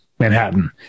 Manhattan